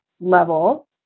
level